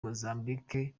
mozambique